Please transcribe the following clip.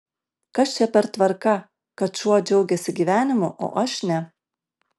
kas čia per tvarka kad šuo džiaugiasi gyvenimu o aš ne